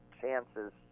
chances